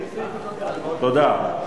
תודה.